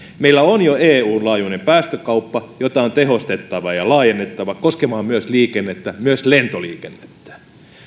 meillä on jo eun laajuinen päästökauppa jota on tehostettava ja laajennettava koskemaan myös liikennettä myös lentoliikennettä